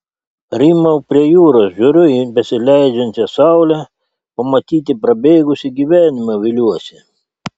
rymau prie jūros žiūriu į besileidžiančią saulę pamatyti prabėgusį gyvenimą viliuosi